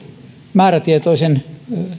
määrätietoisen